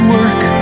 work